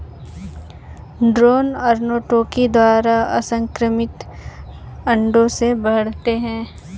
drone अर्नोटोकी द्वारा असंक्रमित अंडों से बढ़ते हैं